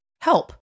help